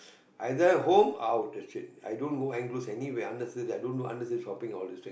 either home out that's it i don't go unnece~ anywhere i didn't do any unnecessary shopping all this thing